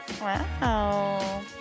Wow